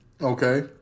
Okay